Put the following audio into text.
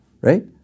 right